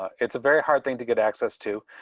ah it's a very hard thing to get access to.